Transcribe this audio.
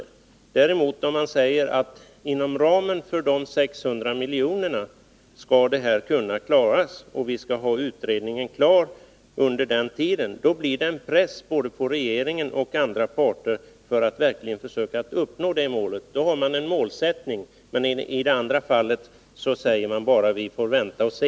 Om man däremot säger att detta skall kunna klaras inom ramen för de 600 miljonerna och att vi skall ha utredningen klar inom denna tid, blir det en press på både regeringen och andra parter att verkligen försöka uppnå detta mål. Då har man en målsättning — i det andra fallet säger man bara: Vi får vänta och se.